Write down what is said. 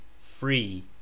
Free